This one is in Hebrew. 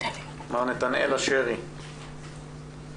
מר נתנאל אשרי בבקשה.